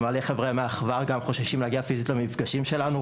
מלא חברים מהאחווה גם חוששים להגיע פיזית למפגשים שלנו,